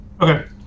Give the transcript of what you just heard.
Okay